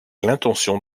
l’intention